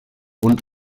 und